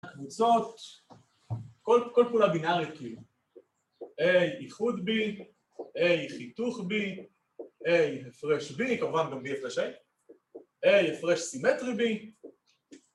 ‫הקבוצות, כל פעולה בינארית כאילו. ‫A איחוד B, A חיתוך B, ‫A הפרש B, כמובן גם B הפרש A , ‫A הפרש סימטרי B,